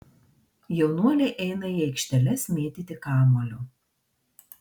jaunuoliai eina į aikšteles mėtyti kamuolio